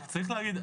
רק צריך להגיד,